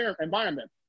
environment